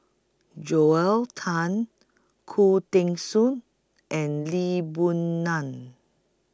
Joel Tan Khoo Teng Soon and Lee Boon Ngan